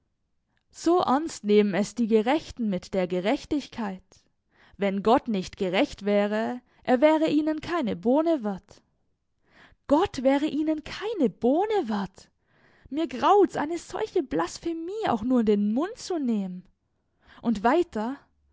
so ernst nehmen es die gerechten mit der gerechtigkeit wenn gott nicht gerecht wäre er wäre ihnen keine bohne wert gott wäre ihnen keine bohne wert mir graut's eine solche blasphemie auch nur in den mund zu nehmen und weiter